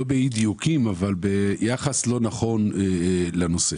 לא באי דיוקים, אבל ביחס לא נכון לנושא.